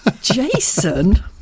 Jason